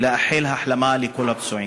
ולאחל החלמה לכל הפצועים.